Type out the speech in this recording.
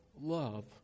love